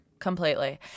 Completely